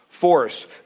force